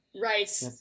Right